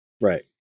Right